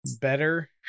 better